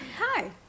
Hi